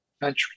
country